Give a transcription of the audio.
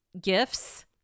gifts